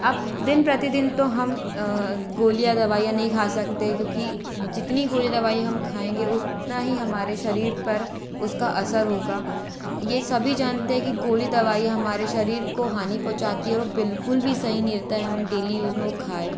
अब दिन प्रतिदिन तो हम गोलियाँ दवाइयाँ नहीं खा सकते क्योंकि जितनी कोई दवाई हम खाएंगे उतना ही हमारे शरीर पर उसका असर होगा ये सभी जानते हैं कि गोली दवाई हमारे शरीर को हानि पहुंचाती है वो बिल्कुल भी सही नहीं होता है हम डेली यूज़ में वो खाएं